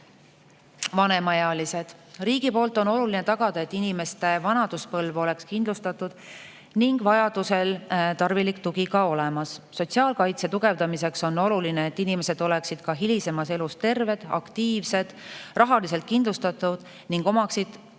Vanemaealised. Riigi poolt on oluline tagada, et inimeste vanaduspõlv oleks kindlustatud ning vajadusel tarvilik tugi ka olemas. Sotsiaalkaitse tugevdamiseks on oluline, et inimesed oleksid ka hilisemas elus terved, aktiivsed, rahaliselt kindlustatud ning omaksid